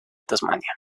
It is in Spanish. tasmania